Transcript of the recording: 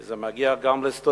כי זה מגיע גם לסטודנטים.